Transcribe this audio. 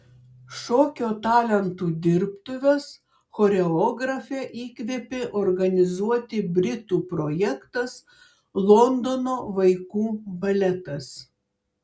šokio talentų dirbtuves choreografę įkvėpė organizuoti britų projektas londono vaikų baletas